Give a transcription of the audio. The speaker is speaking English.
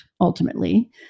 ultimately